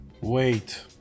wait